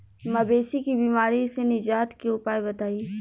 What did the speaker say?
मवेशी के बिमारी से निजात के उपाय बताई?